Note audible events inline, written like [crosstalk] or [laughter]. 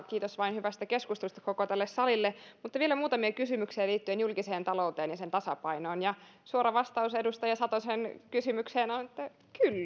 [unintelligible] kiitos vain hyvästä keskustelusta koko tälle salille tässä tuli keskustelun loppupuolella vielä muutamia kysymyksiä liittyen julkiseen talouteen ja sen tasapainoon suora vastaus edustaja satosen kysymykseen on kyllä